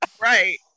right